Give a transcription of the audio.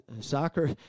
Soccer